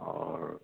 आओर